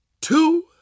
two